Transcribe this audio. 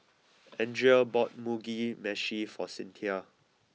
Andria bought Mugi Meshi for Cynthia